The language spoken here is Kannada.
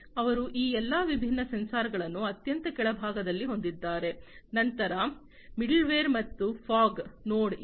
ಅವರು ಈ ಎಲ್ಲಾ ವಿಭಿನ್ನ ಸೆನ್ಸರ್ಗಳನ್ನು ಅತ್ಯಂತ ಕೆಳಭಾಗದಲ್ಲಿ ಹೊಂದಿದ್ದಾರೆ ನಂತರ ಮಿಡಲ್ವೇರ್ ಮತ್ತು ಫಾಗ್ ನೋಡ್ ಇದೆ